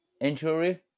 injury